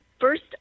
first